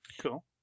Cool